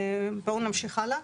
בואו נמשיך הלאה.